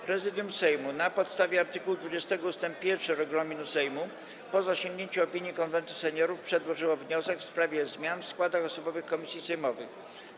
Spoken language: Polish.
Prezydium Sejmu na podstawie art. 20 ust. 1 regulaminu Sejmu, po zasięgnięciu opinii Konwentu Seniorów, przedłożyło wniosek w sprawie zmian w składach osobowych komisji sejmowych.